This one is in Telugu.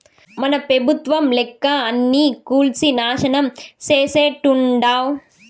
మన పెబుత్వం లెక్క అన్నీ కూల్సి నాశనం చేసేట్టుండావ్